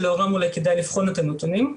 שלאורן אולי כדאי לבחון את הנתונים.